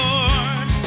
Lord